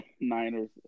Niners